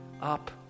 up